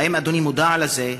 האם אדוני מודע לזה?